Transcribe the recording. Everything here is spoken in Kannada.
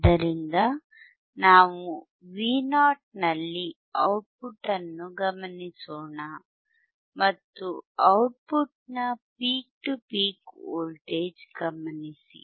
ಆದ್ದರಿಂದ ನಾವು Vo ನಲ್ಲಿ ಔಟ್ಪುಟ್ ಅನ್ನು ಗಮನಿಸೋಣ ಮತ್ತು ಔಟ್ಪುಟ್ ನ ಪೀಕ್ ಟು ಪೀಕ್ ವೋಲ್ಟೇಜ್ ಗಮನಿಸಿ